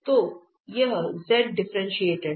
तो यह Z differentiated है